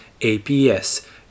APS